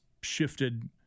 shifted